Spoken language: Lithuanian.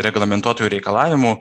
reglamentuotų reikalavimų